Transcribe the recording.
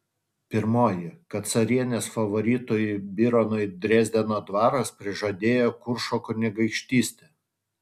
pirmoji kad carienės favoritui bironui dresdeno dvaras prižadėjo kuršo kunigaikštystę